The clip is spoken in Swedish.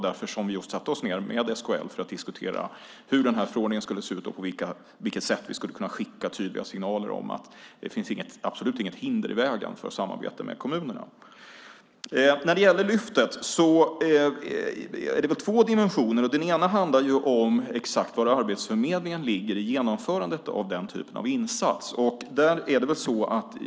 Därför satte vi oss ned för att med SKL diskutera hur förordningen skulle se ut och på vilket sätt vi skulle kunna skicka tydliga signaler om att det absolut inte finns något hinder för ett samarbete med kommunerna. När det gäller Lyftet finns det väl två dimensioner. Den ena dimensionen handlar om exakt var Arbetsförmedlingen ligger i genomförandet av den här typen av insatser.